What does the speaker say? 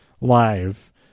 live